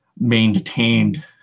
maintained